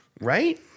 Right